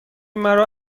مرا